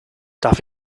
darf